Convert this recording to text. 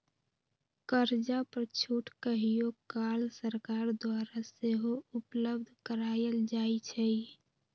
कर्जा पर छूट कहियो काल सरकार द्वारा सेहो उपलब्ध करायल जाइ छइ